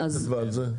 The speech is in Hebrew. מה היא כתבה על זה?